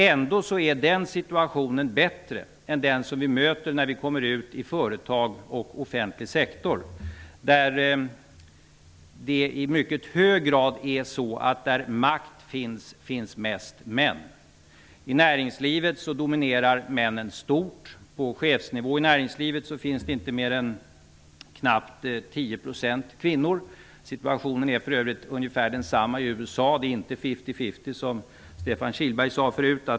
Ändå är den situationen bättre än den som vi möter när vi kommer ut i företag och offentlig sektor, där det i mycket hög grad är så att det finns mest män där makt finns. I näringslivet dominerar männen stort. På chefsnivå i näringslivet finns det inte mer än knappt 10 % kvinnor. Situationen är för övrigt ungefär densamma i USA. Det är inte lika andel män och kvinnor, vilket Stefan Kihlberg sade förut.